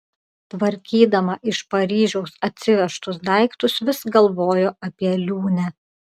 tvarkydama iš paryžiaus atsivežtus daiktus vis galvojo apie liūnę